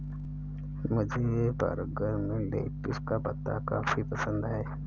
मुझे बर्गर में लेटिस का पत्ता काफी पसंद है